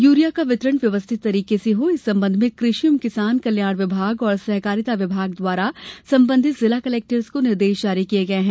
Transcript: urea का वितरण व्यवस्थित तरीके से हो इस संबंध में कृषि एवं किसान कल्याण विभाग और सहकारिता विभाग द्वारा संबंधित जिला कलेक्टर्स को निर्देश जारी किये गये हैं